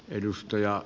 kiitos